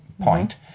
point